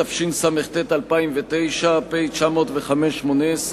התשס"ט 2009, פ/905/18,